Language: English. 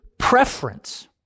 preference